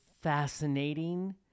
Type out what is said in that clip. fascinating